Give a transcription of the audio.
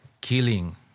killing